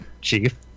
Chief